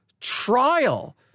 trial